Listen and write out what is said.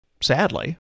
sadly